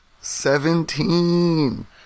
Seventeen